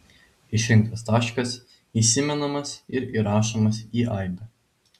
išrinktas taškas įsimenamas ir įrašomas į aibę